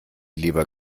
leber